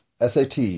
SAT